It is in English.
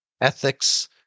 ethics